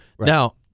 Now